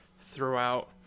throughout